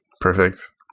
Perfect